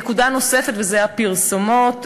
נקודה נוספת היא הפרסומות.